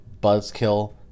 Buzzkill